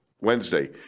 Wednesday